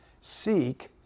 Seek